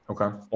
Okay